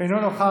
אינו נוכח.